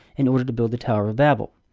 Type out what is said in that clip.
in order to build the tower of babel.